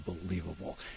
unbelievable